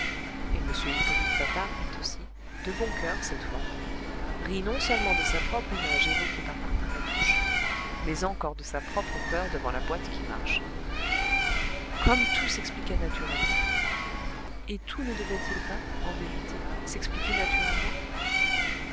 et m hippolyte patard rit aussi de bon coeur cette fois rit non seulement de sa propre image évoquée par martin latouche mais encore de sa propre peur devant la boîte qui marche comme tout s'expliquait naturellement et tout ne devait-il pas en vérité s'expliquer naturellement